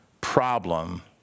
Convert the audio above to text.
problem